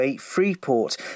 Freeport